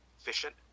efficient